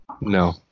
No